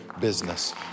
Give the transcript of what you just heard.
business